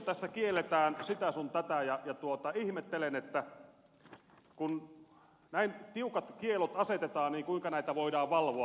tässä kielletään sitä sun tätä ja ihmettelen sitä että kun näin tiukat kiellot asetetaan niin kuinka näitä voidaan valvoa